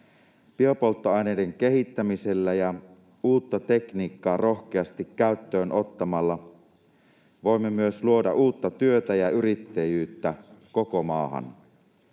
Biopolttoaineiden kehittämisellä ja uutta tekniikkaa rohkeasti käyttöön ottamalla voimme myös luoda uutta työtä ja yrittäjyyttä koko maahan.